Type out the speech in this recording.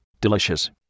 Delicious